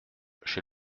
chez